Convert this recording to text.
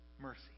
mercy